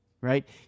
right